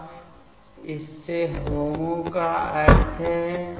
अब इसके HOMO का अर्थ है